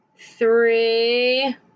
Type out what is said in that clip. three